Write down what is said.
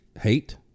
hate